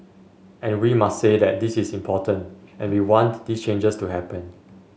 and we must say that this is important and we want these changes to happen